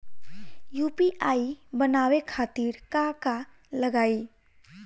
UPI बनावे खातिर का का लगाई?